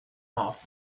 off